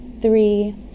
three